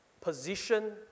position